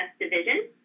division